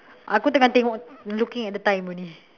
aku tengah tengok looking at the time only